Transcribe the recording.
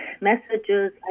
messages